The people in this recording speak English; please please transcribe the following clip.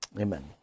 Amen